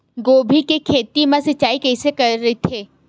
गोभी के खेत मा सिंचाई कइसे रहिथे?